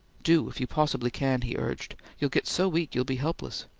do, if you possibly can, he urged. you'll get so weak you'll be helpless.